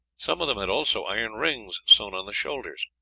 some of them had also iron rings sewn on the shoulders.